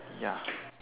ya